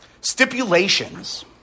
Stipulations